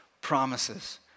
promises